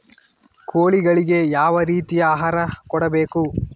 ಕೋಳಿಗಳಿಗೆ ಯಾವ ರೇತಿಯ ಆಹಾರ ಕೊಡಬೇಕು?